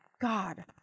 God